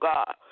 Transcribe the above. God